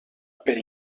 per